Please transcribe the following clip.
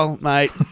mate